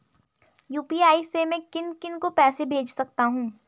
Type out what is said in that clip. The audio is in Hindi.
यु.पी.आई से मैं किन किन को पैसे भेज सकता हूँ?